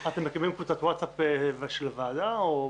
אתם מקימים קבוצת ווטסאפ לוועדה או במייל,